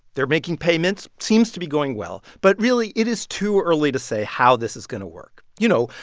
they're making payments, seems to be going well. but really, it is too early to say how this is going to work. you know,